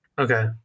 Okay